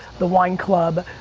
the wine club,